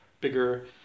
bigger